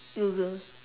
google